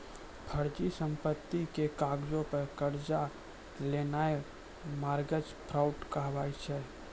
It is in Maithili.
फर्जी संपत्ति के कागजो पे कर्जा लेनाय मार्गेज फ्राड कहाबै छै